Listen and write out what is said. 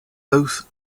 both